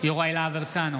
יוראי להב הרצנו,